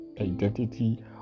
identity